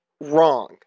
wrong